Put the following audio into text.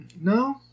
no